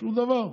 שום דבר.